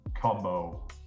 combo